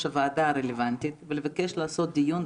הוועדה הרלוונטית ולבקש לעשות דיון.